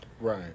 Right